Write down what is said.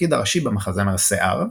התפקיד הראשי במחזמר "שיער",